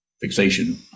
fixation